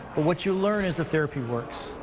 what you learn is that therapy works.